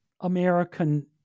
American